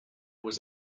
was